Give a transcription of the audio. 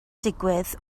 digwydd